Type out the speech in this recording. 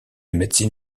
médecine